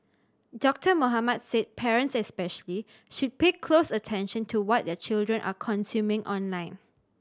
Doctor Mohamed said parents especially should pay close attention to what their children are consuming online